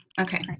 Okay